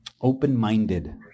open-minded